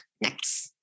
next